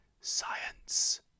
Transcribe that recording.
science